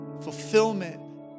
fulfillment